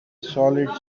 solid